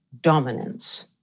dominance